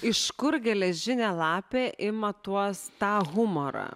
iš kur geležinė lapė ima tuos tą humorą